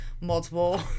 multiple